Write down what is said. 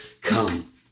come